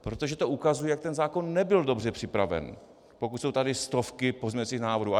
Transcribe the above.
Protože to ukazuje, že ten zákon nebyl dobře připraven, pokud jsou tady stovky pozměňovacích návrhů.